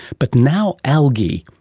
but now, algae,